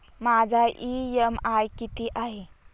माझा इ.एम.आय किती आहे?